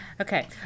Okay